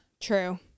true